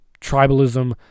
tribalism